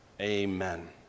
amen